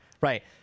right